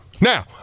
Now